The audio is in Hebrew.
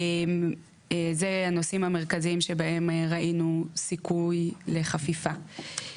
אלה הנושאים המרכזיים שבהם ראינו סיכוי לחפיפה.